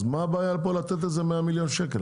אז מה הבעיה פה לתת איזה 100 מיליון שקל,